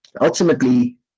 ultimately